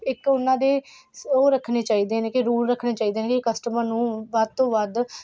ਇੱਕ ਉਹਨਾਂ ਦੇ ਉਹ ਰੱਖਣੇ ਚਾਹੀਦੇ ਨੇ ਕਿ ਰੂਲ ਰੱਖਣੇ ਚਾਹੀਦੇ ਨੇ ਕਿ ਕਸਟਮਰ ਨੂੰ ਵੱਧ ਤੋਂ ਵੱਧ